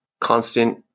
constant